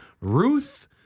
Ruth